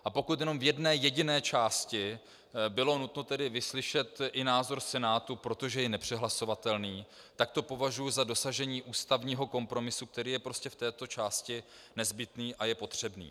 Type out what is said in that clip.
A pokud jenom v jedné jediné části bylo nutno vyslyšet i názor Senátu, protože je nepřehlasovatelný, tak to považuji za dosažení ústavního kompromisu, který je prostě v této části nezbytný a je potřebný.